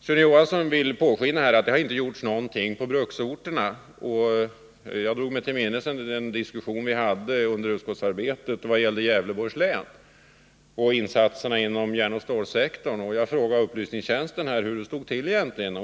Sune Johansson låter påskina att det inte har gjorts någonting på bruksorterna. Jag drog mig till minnes den diskussion vi hade under utskottsarbetet angående Gävleborgs län och insatserna inom järnoch stålsektorn och frågade upplysningstjänsten hur det stod till egentligen.